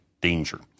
danger